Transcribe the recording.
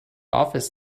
office